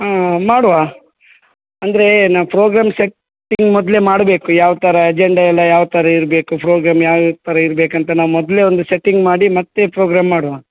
ಹಾಂ ಮಾಡುವ ಅಂದ್ರೆ ನಾವು ಪ್ರೋಗ್ರಾಮ್ ಸೆಟ್ಟಿಂಗ್ ಮೊದಲೇ ಮಾಡಬೇಕು ಯಾವ ಥರ ಅಜೆಂಡಾ ಎಲ್ಲ ಯಾವ ಥರ ಇರಬೇಕು ಫ್ರೋಗ್ರಾಮ್ ಯಾವ ಥರ ಇರ್ಬೇಕು ಅಂತ ನಾವು ಮೊದಲೇ ಒಂದು ಸೆಟ್ಟಿಂಗ್ ಮಾಡಿ ಮತ್ತೆ ಪ್ರೋಗ್ರಾಮ್ ಮಾಡುವ